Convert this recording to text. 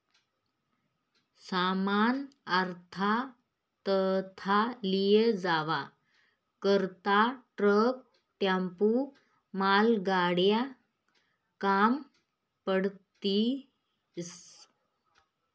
सामान आथा तथा लयी जावा करता ट्रक, टेम्पो, मालगाड्या काम पडतीस